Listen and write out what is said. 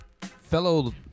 fellow